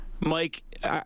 Mike